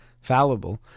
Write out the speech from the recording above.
fallible